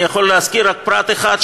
אני יכול להזכיר רק פרט אחד,